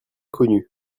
connu